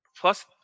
Plus